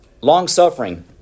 Long-suffering